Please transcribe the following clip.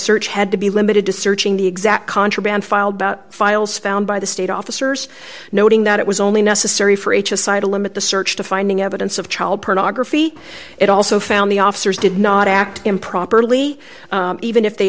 search had to be limited to searching the exact contraband filed about files found by the state officers noting that it was only necessary for each side to limit the search to finding evidence of child pornography it also found the officers did not act improperly even if they